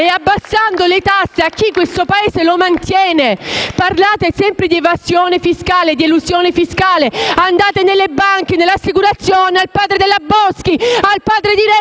abbassando le tasse a chi questo Paese lo mantiene. Parlate sempre di evasione e di elusione fiscale; andate nelle banche, nelle assicurazioni, dal padre della Boschi e di Renzi